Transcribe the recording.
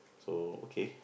so okay